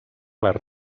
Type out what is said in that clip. les